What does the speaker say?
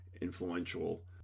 influential